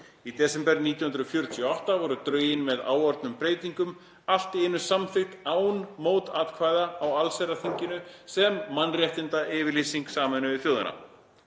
Í desember 1948 voru drögin með áorðnum breytingum allt að einu samþykkt án mótatkvæða á allsherjarþinginu sem mannréttindayfirlýsing Sameinuðu þjóðanna.